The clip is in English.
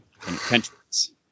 Countries